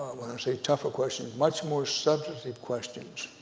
when i say tougher questions, much more substantive questions,